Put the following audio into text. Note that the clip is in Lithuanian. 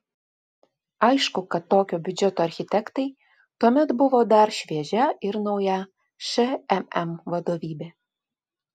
aišku kad tokio biudžeto architektai tuomet buvo dar šviežia ir nauja šmm vadovybė